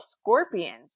scorpions